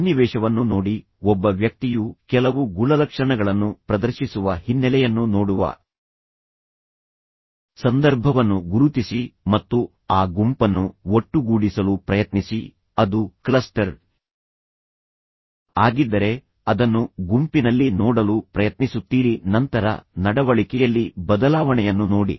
ಸನ್ನಿವೇಶವನ್ನು ನೋಡಿ ಒಬ್ಬ ವ್ಯಕ್ತಿಯು ಕೆಲವು ಗುಣಲಕ್ಷಣಗಳನ್ನು ಪ್ರದರ್ಶಿಸುವ ಹಿನ್ನೆಲೆಯನ್ನು ನೋಡುವ ಸಂದರ್ಭವನ್ನು ಗುರುತಿಸಿ ಮತ್ತು ಆ ಗುಂಪನ್ನು ಒಟ್ಟುಗೂಡಿಸಲು ಪ್ರಯತ್ನಿಸಿ ಅದು ಕ್ಲಸ್ಟರ್ ಆಗಿದ್ದರೆ ಅದನ್ನು ಗುಂಪಿನಲ್ಲಿ ನೋಡಲು ಪ್ರಯತ್ನಿಸುತ್ತೀರಿ ನಂತರ ನಡವಳಿಕೆಯಲ್ಲಿ ಬದಲಾವಣೆಯನ್ನು ನೋಡಿ